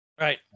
right